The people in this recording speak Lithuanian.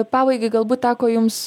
pabaigai galbūt teko jums